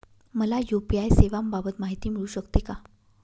मला यू.पी.आय सेवांबाबत माहिती मिळू शकते का?